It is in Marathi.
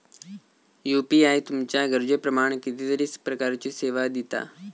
यू.पी.आय तुमच्या गरजेप्रमाण कितीतरी प्रकारचीं सेवा दिता